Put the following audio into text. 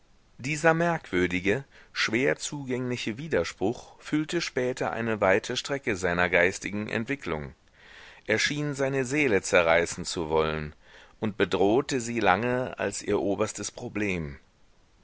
dieser merkwürdige schwer zugängliche widerspruch füllte später eine weite strecke seiner geistigen entwicklung er schien seine seele zerreißen zu wollen und bedrohte sie lange als ihr oberstes problem